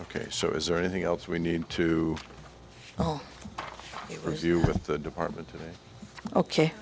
ok so is there anything else we need to review with the department today ok